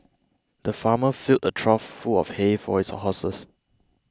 the farmer filled a trough full of hay for his horses